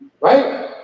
Right